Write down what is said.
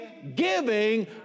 Giving